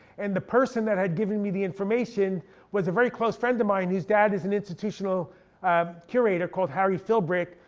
and the person that had given me the information was a very close friend of mine, his dad is an institutional curator called harry philbrick,